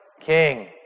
King